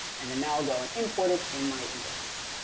and then now i'll go and import it in my index.